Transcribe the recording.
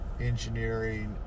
engineering